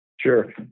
Sure